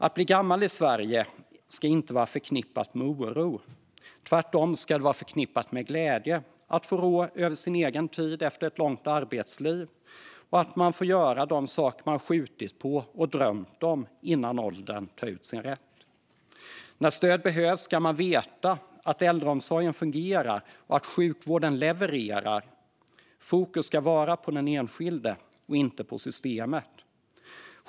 Att bli gammal i Sverige ska inte vara förknippat med oro. Tvärtom ska det vara förknippat med glädje över att få rå över sin egen tid efter ett långt arbetsliv och över att man får göra de saker man har skjutit på och drömt om innan åldern tar ut sin rätt. När stöd behövs ska man veta att äldreomsorgen fungerar och att sjukvården levererar. Fokus ska vara på den enskilde och inte på systemet.